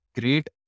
great